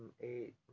eight